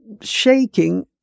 shaking